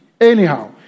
Anyhow